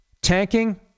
Tanking